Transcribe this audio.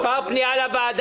מס' פנייה לוועדה,